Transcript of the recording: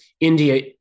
India